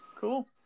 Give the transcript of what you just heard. cool